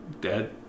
dead